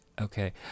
Okay